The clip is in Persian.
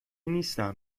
نیستم